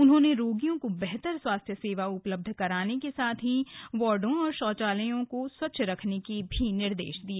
उन्होंने रोगियों को बेहतर स्वास्थ्य सेवा उपलब्ध कराने के साथ ही वार्डों और शौचालयों को स्वच्छ रखने के भी निर्देश दिए